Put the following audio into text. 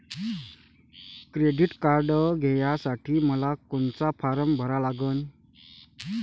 Credit card घ्यासाठी मले कोनचा फारम भरा लागन?